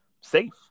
safe